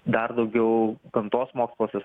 dar daugiau gamtos moksluose